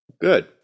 Good